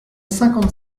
cinquante